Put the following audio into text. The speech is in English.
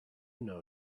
know